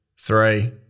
three